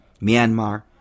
Myanmar